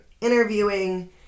interviewing